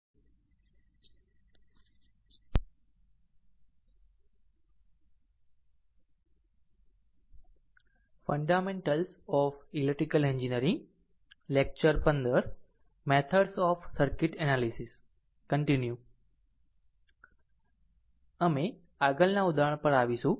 અમે આગળના ઉદાહરણ પર આવીશું